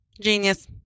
Genius